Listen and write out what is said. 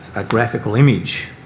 a graphical image.